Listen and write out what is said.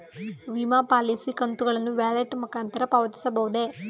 ವಿಮಾ ಪಾಲಿಸಿ ಕಂತುಗಳನ್ನು ವ್ಯಾಲೆಟ್ ಮುಖಾಂತರ ಪಾವತಿಸಬಹುದೇ?